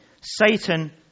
Satan